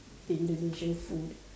the Indonesian food